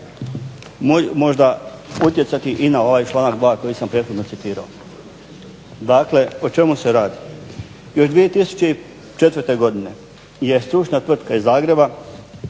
možda utjecati i na ovaj članak 2. koji sam prethodno citirao. Dakle o čemu se radi? Još 2004. godine je stručna tvrtka iz Zagreba